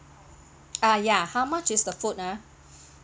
uh ya how much is the food ah